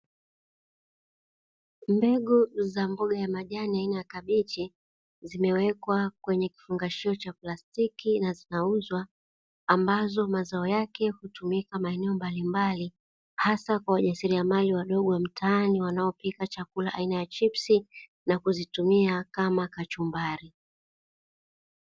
Mbegu za mboga ya majani aina ya kabichi zimewekwa kwenye kifungashio cha plastiki na zinauzwa, ambazo mazao yake hutumika maeneo mbalimbali hasa kwa wajasiliamali wadogo wa mtaani wanaopika chakula aina ya chipsi na kuzitumia kama kachumbari.